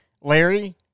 Larry